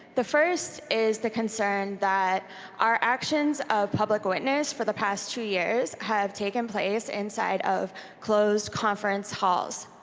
the first is the concern that our actions of public witness for the past two years have taken place inside of closed conference halls